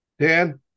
Dan